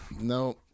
no